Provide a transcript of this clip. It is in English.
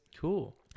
Cool